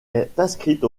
inscrite